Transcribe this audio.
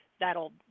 that'll